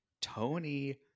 Tony